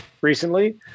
recently